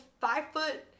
five-foot